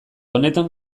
honetan